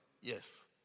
Yes